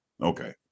okay